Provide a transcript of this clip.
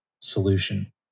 solution